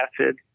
acid